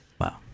Wow